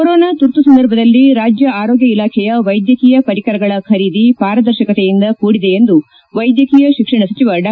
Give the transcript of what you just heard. corona ತುರ್ತು ಸಂದರ್ಭದಲ್ಲಿ ರಾಜ್ಯ ಆರೋಗ್ಯ ಇಲಾಖೆಯ ವೈದ್ಯಕೀಯ ಪರಿಕರಗಳ ಖರೀದಿ ಪಾರದರ್ಶಕತೆಯಿಂದ ಕೂಡಿದೆ ಎಂದು ವೈದ್ಯಕೀಯ ಶಿಕ್ಷಣ ಸಚಿವ ಡಾ